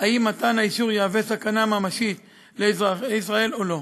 אם מתן האישור יהווה סכנה ממשית לאזרחי ישראל או לא.